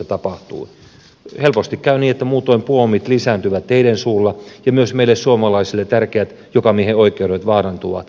helposti käy niin että muutoin puomit lisääntyvät teiden suulla ja myös meille suomalaisille tärkeät jokamiehenoikeudet vaarantuvat käytännössä